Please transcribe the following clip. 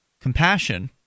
compassion